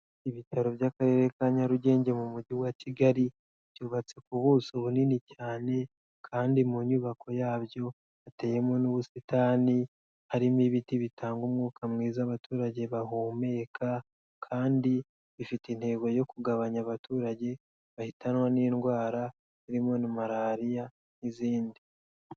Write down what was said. Ibitaro by'akarere ka Nyarugenge mu mugi wa Kigali, byubatse ku buso bunini cyane kandi mu nyubako yabyo hateyemo n'ubusitani, harimo ibiti bitanga umwuka mwiza abaturage bahumeka kandi bifite intego yo kugabanya abaturage bahitanwa n'indwara zirimo nka Malariya n'izindi.